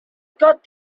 got